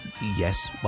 Yes